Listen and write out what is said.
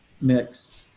mixed